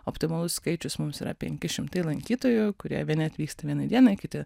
optimalus skaičius mums yra penki šimtai lankytojų kurie vieni atvyksta vienai dienai kiti